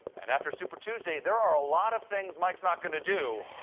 and after super tuesday, there are a lot of things mike's not going to do.